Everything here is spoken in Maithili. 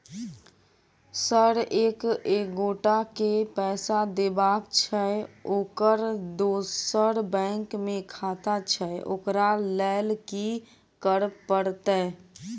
सर एक एगोटा केँ पैसा देबाक छैय ओकर दोसर बैंक मे खाता छैय ओकरा लैल की करपरतैय?